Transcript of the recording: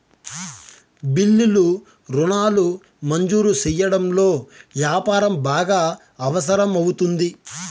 బిల్లులు రుణాలు మంజూరు సెయ్యడంలో యాపారం బాగా అవసరం అవుతుంది